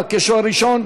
אתה השואל הראשון,